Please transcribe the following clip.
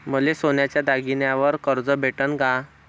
मले सोन्याच्या दागिन्यावर कर्ज भेटन का?